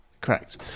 Correct